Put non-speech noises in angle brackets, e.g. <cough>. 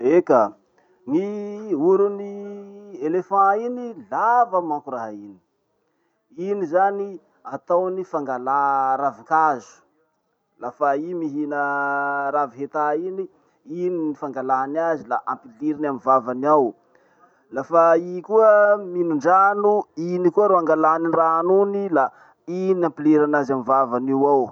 Eka, gny oron'ny elephants iny, lava manko raha iny. Iny zany ataony fangalà ravin-kazo. Lafa i mihina <hesitation> ravy hità iny, iny ny fangalany azy la ampiliriny amy vavany ao. Lafa i koa minon-drano, iny koa ro angalany rano iny la iny ampilira anazy amy vavany io ao.